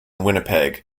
winnipeg